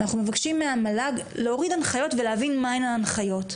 אנחנו מבקשים מהמל"ג להוריד הנחיות ולהבין מה הן ההנחיות.